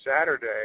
Saturday